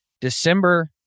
December